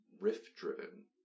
riff-driven